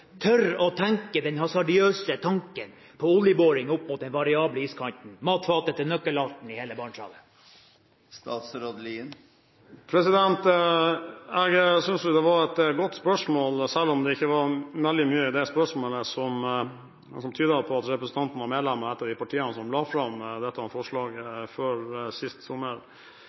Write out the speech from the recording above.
å tenke den hasardiøse tanken på oljeboring opp mot den variable iskanten, matfatet til nøkkelarten i hele Barentshavet? Jeg synes det var et godt spørsmål, selv om det ikke var et spørsmål som tydet på at representanten var medlem av et av de partiene som la fram dette forslaget sist sommer.